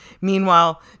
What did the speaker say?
Meanwhile